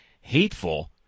hateful